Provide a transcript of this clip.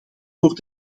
voor